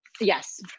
Yes